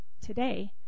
today